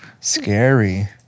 Scary